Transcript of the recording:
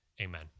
amen